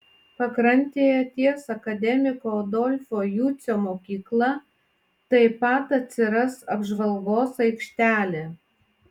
pakrantėje ties akademiko adolfo jucio mokykla taip pat atsiras apžvalgos aikštelė